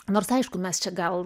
nors aišku mes čia gal